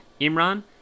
Imran